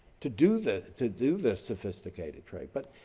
to do this to do this sophisticated trade. but,